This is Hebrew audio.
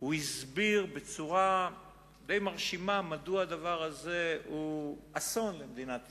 הוא הסביר בצורה די מרשימה מדוע הדבר הזה הוא אסון למדינת ישראל,